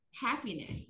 happiness